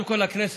בבעלות